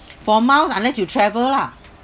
for miles unless you travel lah